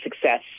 success